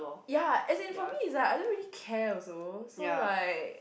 ya as in for me it's like I don't really care also so like